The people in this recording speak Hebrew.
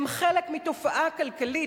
הם חלק מתופעה כלכלית,